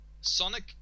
Sonic